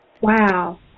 Wow